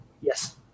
Yes